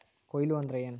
ಕೊಯ್ಲು ಅಂದ್ರ ಏನ್?